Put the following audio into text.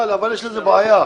אבל יש לזה בעיה.